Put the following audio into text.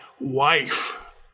wife